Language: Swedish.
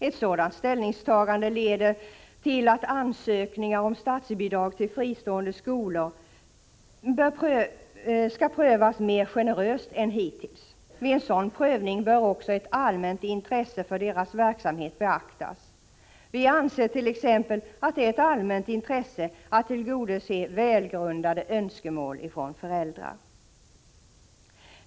Ett sådant ställningstagande leder till att ansökningar om statsbidrag till fristående skolor bör prövas mer generöst än hittills. Vid en sådan prövning bör också ett allmänt intresse för dessa skolors verksamhet beaktas. Vi anser t.ex. att det är ett allmänt intresse att tillgodose välgrundade önskemål från föräldrar.